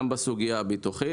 גם בסוגיה הביטוחית.